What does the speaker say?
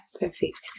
perfect